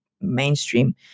mainstream